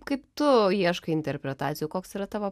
kaip tu ieškai interpretacijų koks yra tavo